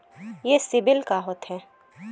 ये सीबिल का होथे?